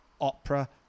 Opera